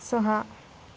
सहा